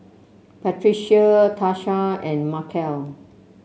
Patricia Tarsha and Markell